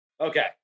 Okay